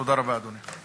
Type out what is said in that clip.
תודה רבה, אדוני.